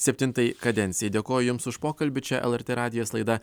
septintai kadencijai dėkoju jums už pokalbį čia lrt radijas laida